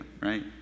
right